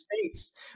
States